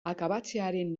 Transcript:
akabatzearen